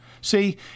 See